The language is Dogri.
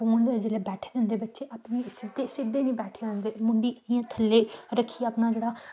हून जेल्लै बैठे दे होंदे बच्चे सिद्धे होइयै बैठी जंदे ते मुंडी इंया सिद्धे रक्खियै अपना जेह्ड़ा